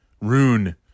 rune